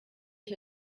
ich